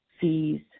fees